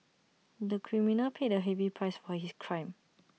the criminal paid A heavy price for his crime